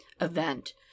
event